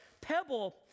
pebble